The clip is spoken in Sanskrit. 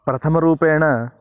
प्रथमरूपेण